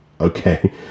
okay